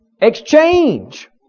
Exchange